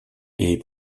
est